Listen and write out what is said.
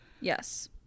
Yes